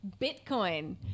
Bitcoin